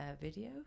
video